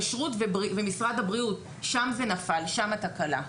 כשרות ומשרד הבריאות, שם זה נפל ושם התקלה.